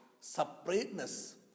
separateness